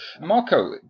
Marco